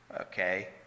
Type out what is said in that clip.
Okay